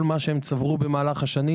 כל מה שהם צברו כל בחייהם,